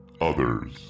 others